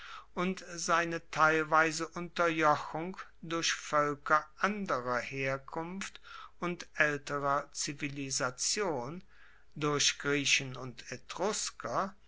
und seine teilweise unterjochung durch voelker anderer herkunft und aelterer zivilisation durch griechen und etrusker